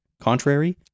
contrary